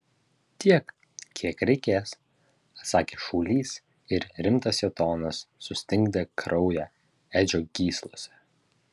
tiek kiek reikės atsakė šaulys ir rimtas jo tonas sustingdė kraują edžio gyslose